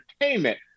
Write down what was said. entertainment